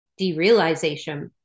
derealization